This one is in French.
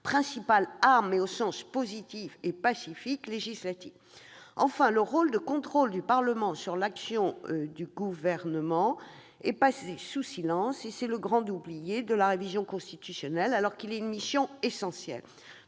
principale arme législative- au sens positif et pacifique du terme. Enfin, le rôle de contrôle du Parlement sur l'action du Gouvernement est passé sous silence. C'est le grand oublié de la révision constitutionnelle, alors qu'il s'agit d'une mission essentielle